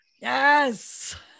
yes